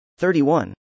31